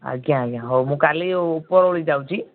ଆଜ୍ଞା ଆଜ୍ଞା ହେଉ ମୁଁ କାଲି ଉପରଓଳି ଯାଉଛି